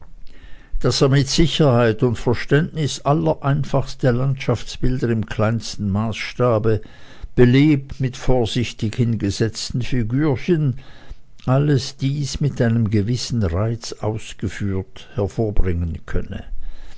daß er mit sicherheit und verständnis allereinfachste landschaftsbilder im kleinsten maßstabe belebt mit vorsichtig hingesetzten figürchen alles dies mit einem gewissen reiz ausgeführt hervorbringen könne